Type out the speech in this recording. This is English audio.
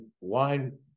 wine